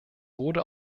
wurde